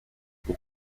pour